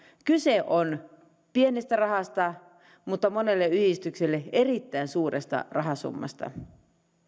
kyse on pienestä rahasta mutta monelle yhdistykselle erittäin suuresta rahasummasta